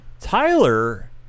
Tyler